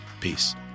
Peace